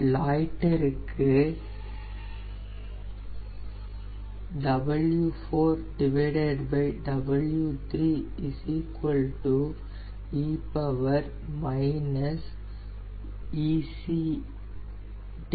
லாய்டருக்கு e ECLDMAX E30601800 s